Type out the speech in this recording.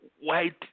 white